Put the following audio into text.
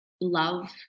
love